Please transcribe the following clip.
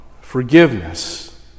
forgiveness